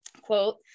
quote